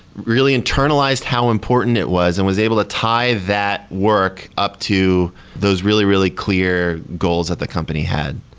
really internalized how important it was and was able to tie that work up to those really, really clear goals that the company had.